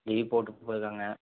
leave போட்டு போயிருக்காங்க